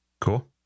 Cool